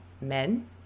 men